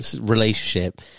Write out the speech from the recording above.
Relationship